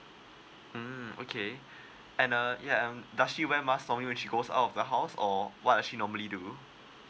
mm okay and uh yeah um does she wear mask from where when she goes out of the house or what are she normally do